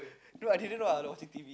no I didn't know I watching T_V